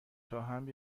خواهم